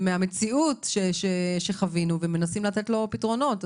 מהמציאות שחווינו ומנסים לתת פתרונות.